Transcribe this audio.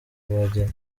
bageni